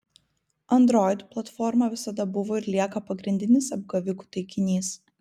android platforma visada buvo ir lieka pagrindinis apgavikų taikinys